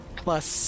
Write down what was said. Plus